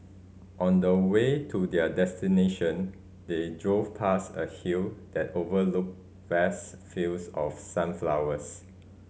on the way to their destination they drove past a hill that overlooked vast fields of sunflowers